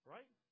Right